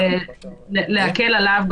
להקל עליו,